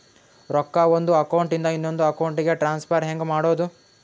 ರೊಕ್ಕ ಒಂದು ಅಕೌಂಟ್ ಇಂದ ಇನ್ನೊಂದು ಅಕೌಂಟಿಗೆ ಟ್ರಾನ್ಸ್ಫರ್ ಹೆಂಗ್ ಮಾಡೋದು?